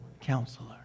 counselor